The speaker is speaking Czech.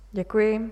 Děkuji.